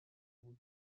بود